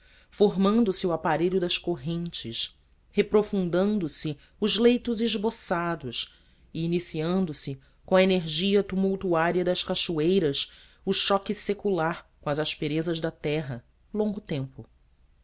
formando se o aparelho das correntes reprofundando se os leitos esboçados e iniciandose com a energia tumultuária das cachoeiras o choque secular com as asperezas da terra longo tempo